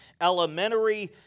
elementary